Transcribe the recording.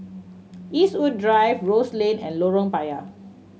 Eastwood Drive Rose Lane and Lorong Payah